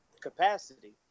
capacity